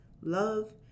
love